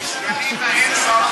יש ראש ממשלה שנושא בחמש משרות.